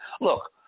look